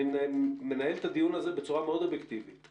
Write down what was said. אני מנהל את הדיון הזה בצורה מאוד אובייקטיבית,